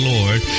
Lord